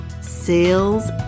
sales